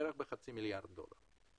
בערך בחצי מיליארד דולר.